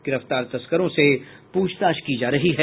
गिरफ्तार तस्करों से पूछताछ की जा रही है